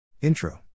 Intro